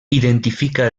identifica